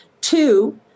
Two